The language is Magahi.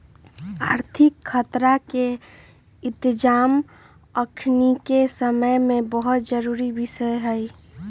आर्थिक खतरा के इतजाम अखनीके समय में बहुते जरूरी विषय हइ